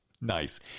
Nice